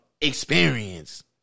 experience